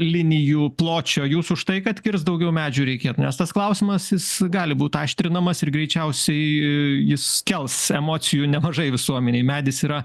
linijų pločio jūs už tai kad kirs daugiau medžių reikia nes tas klausimas jis gali būt aštrinamas ir greičiausiai jis kels emocijų nemažai visuomenėj medis yra